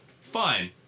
Fine